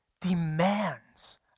demands